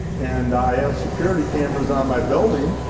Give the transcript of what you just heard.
and i i have security cameras on my building.